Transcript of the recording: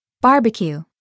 Barbecue